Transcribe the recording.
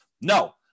no